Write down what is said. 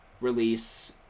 release